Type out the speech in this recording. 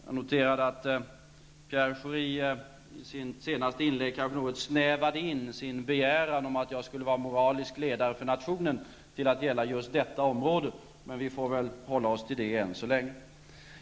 Jag noterade att Pierre Schori i sitt senaste inlägg något snävade in sin begäran om att jag skulle vara moralisk ledare för nationen till att gälla just detta område. Vi får väl hålla oss till det än så länge.